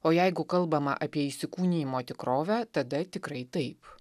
o jeigu kalbama apie įsikūnijimo tikrovę tada tikrai taip